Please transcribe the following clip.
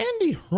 Andy